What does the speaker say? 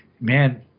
man